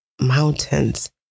Mountains